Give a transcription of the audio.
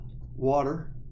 Water